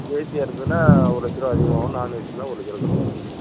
Asia இருந்துதுன்னால் ஒரு லட்சருபா அதிகமாகவும் நாண் ஏசின்னால் ஒரு லட்சருபா கம்மியாக இருக்கும் மேடம்